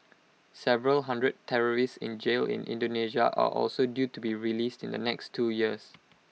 several hundred terrorists in jail in Indonesia are also due to be released in the next two years